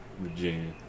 Virginia